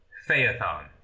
Phaethon